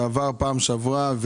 זה עבר פעם שעברה,